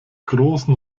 großen